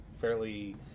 fairly